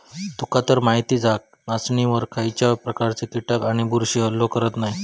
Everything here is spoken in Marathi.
तुकातर माहीतच हा, नाचणीवर खायच्याव प्रकारचे कीटक किंवा बुरशी हल्लो करत नाय